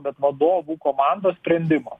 bet vadovų komandos sprendimo